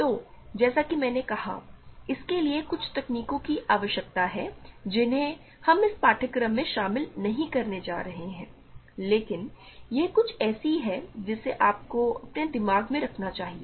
तो जैसा कि मैंने कहा इसके लिए कुछ तकनीकों की आवश्यकता है जिन्हें हम इस पाठ्यक्रम में शामिल नहीं करने जा रहे हैं लेकिन यह कुछ ऐसी है जिसे आपको अपने दिमाग में रखना चाहिए